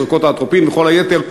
זריקות האטרופין וכל היתר,